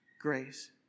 grace